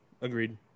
Agreed